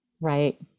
Right